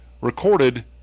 recorded